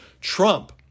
Trump